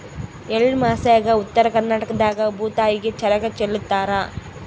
ಎಳ್ಳಮಾಸ್ಯಾಗ ಉತ್ತರ ಕರ್ನಾಟಕದಾಗ ಭೂತಾಯಿಗೆ ಚರಗ ಚೆಲ್ಲುತಾರ